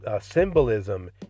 symbolism